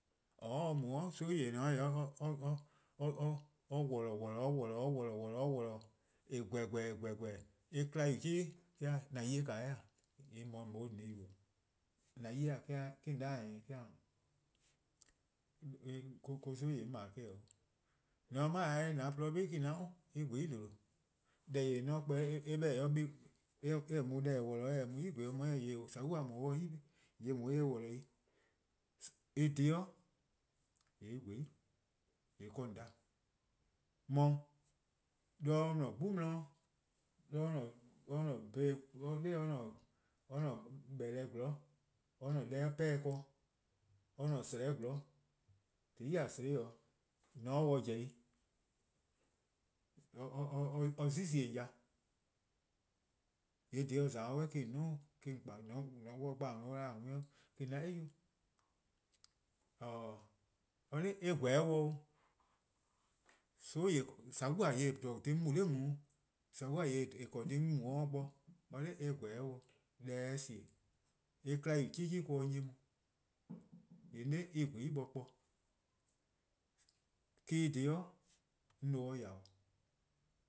:Oror' or mu-a :saua'-yor-eh or no-a: or worlor: :worlor: or worlor: :worlor: :eh :gweh :gweheheh:, eh 'kpa-a deh :yu-beh, :yee' or 'da :an 'ye-eh :e,:yee' mor :on se-or dhih yubo:, :an 'ye-eh :e, 'de :on 'da keen, :saua' :deh 'on 'ble-a eh-: 'oo'. :mor :on se mind-a 'jeh :mor :an :porluh 'beh 'i :yee' 'on 'da 'o eh :gweh 'i :due'leh:. Deh :daa :mor 'on kpa-eh eh :se deh worlor 'i :eh se-eh 'i :gweh 'i, eh mor eh :se :jeh 'da, :saua' 'da, :jeh 'da eh :se-' deh worlor 'i eh-' dhih-' :yee' eh :gweh 'i, :yee' ka :on 'da. Mor 'de or-a' 'gbu 'di 'de or-a'a: sleh zorn, :tehn 'i dee :yee' 'sleh, :on se 'de eh 'zorn pobo: 'i, :yee' or 'zile-eh :on ya, :yee' dhih or :za-a' 'suh :yee' me-: :on 'duo'-a :on 'kpa, :mor on dhele: :on dih on 'da :a 'worn 'de 'o, or 'da eh :gweh 'o. :saua :yeh :eh :korn-a dhih 'on mu-a 'de nae' :saua yeh :eh :korn-o or dhih 'on mu-a 'de or bo or 'da eh :gweh deh se 'de :sie eh 'kla yu 'cheh 'cheh eh-: or 'nyi 'on, :yee' 'on 'da eh :gweh 'i or kpa-or 'on :se-or 'de :ya 'o.